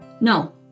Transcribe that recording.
No